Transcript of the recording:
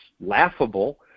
laughable